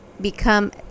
become